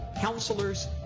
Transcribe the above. counselors